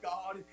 God